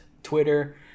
twitter